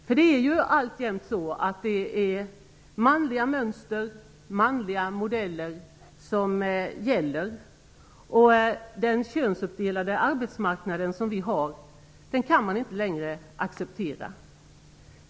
För det är alltjämt så att det är manliga mönster, manliga modeller som gäller, och den könsuppdelade arbetsmarknad som vi har kan man inte längre acceptera.